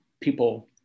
people